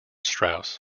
strauss